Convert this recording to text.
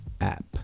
app